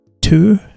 two